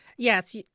Yes